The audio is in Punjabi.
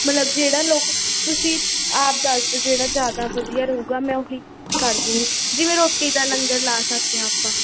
ਮਤਲਬ ਜਿਹੜਾ ਲੋਕ ਤੁਸੀਂ ਆਪ ਦੱਸ ਦਿਉ ਜਿਹੜਾ ਜ਼ਿਆਦਾ ਵਧੀਆ ਰਹੂਗਾ ਮੈਂ ਉਹੀ ਕਰ ਦੁੰਗੀ ਜਿਵੇਂ ਰੋਟੀ ਦਾ ਲੰਗਰ ਲਾ ਸਕਦੇ ਹਾਂ ਆਪਾਂ